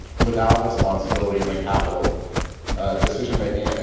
without responsibility in capital decision making. ah